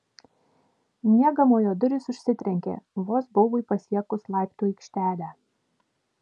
miegamojo durys užsitrenkė vos baubui pasiekus laiptų aikštelę